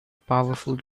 powerful